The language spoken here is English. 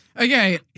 Okay